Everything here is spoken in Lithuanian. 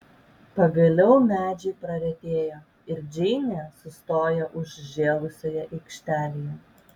pagaliau medžiai praretėjo ir džeinė sustojo užžėlusioje aikštelėje